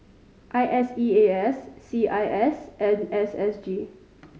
I S E A S C I S and S S G